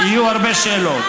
אדוני סגן השר.